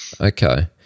Okay